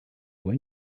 going